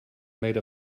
made